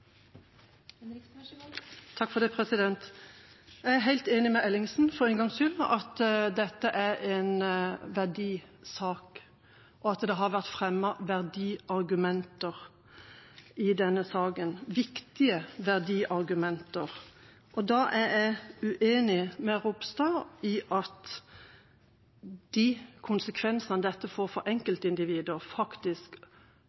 enig med Ellingsen, for en gangs skyld, i at dette er en verdisak, og at det har vært fremmet verdiargumenter i denne saken – viktige verdiargumenter. Jeg er uenig med Ropstad i at de konsekvensene dette får for enkeltindivider, faktisk